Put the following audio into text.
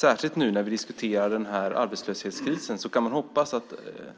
Särskilt nu när vi diskuterar den här arbetslöshetskrisen kan man hoppas